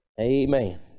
Amen